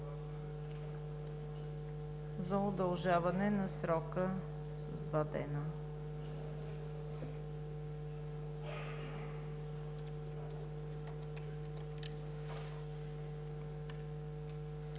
за удължаване на срока с два дни.